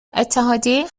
اتحادیه